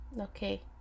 okay